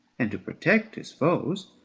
and to protect his foes.